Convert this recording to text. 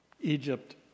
Egypt